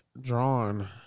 drawn